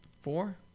Four